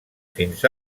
fins